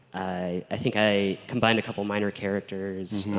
i i think i combined a couple minor characters,